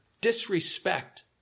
disrespect